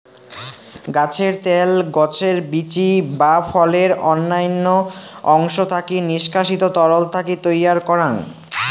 গছের ত্যাল, গছের বীচি বা ফলের অইন্যান্য অংশ থাকি নিষ্কাশিত তরল থাকি তৈয়ার করাং